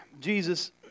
Jesus